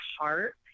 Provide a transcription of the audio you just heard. heart